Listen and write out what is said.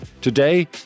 Today